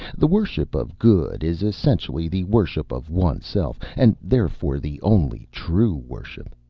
the worship of good is essentially the worship of oneself, and therefore the only true worship.